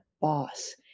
boss